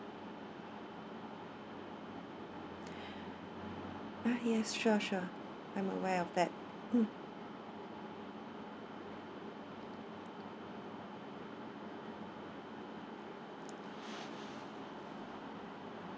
ah yes sure sure I'm aware of that mm